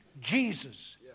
Jesus